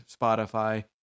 Spotify